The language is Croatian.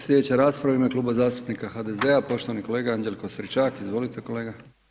Slijedeća rasprava u ime Kluba zastupnika HDZ-a poštovani kolega Anđelko Stričak, izvolite kolega.